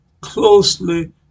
closely